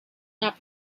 not